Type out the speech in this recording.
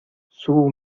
sube